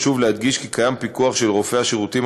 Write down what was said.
חשוב להדגיש כי יש פיקוח של רופאי השירותים